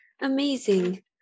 Amazing